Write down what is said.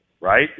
right